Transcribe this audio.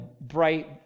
bright